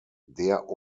der